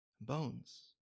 bones